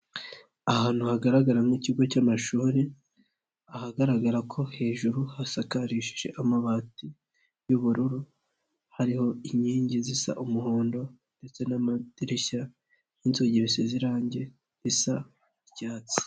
Ahantu hagaragaramo nk'ikigo cy'amashuri, ahagaragara ko hejuru hasakarishije amabati y'ubururu hariho inkingi zisa umuhondo ndetse n'amadirishya y'inzugi bisize irange bisa n'icyatsi.